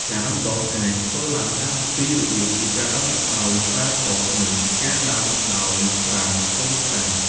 ការដាំដុះអាចធ្វើឡើងតាមពីររបៀប គឺការដាំដោយប្រើគ្រាប់ និងការដាំដោយប្រើកូនផ្សាំ។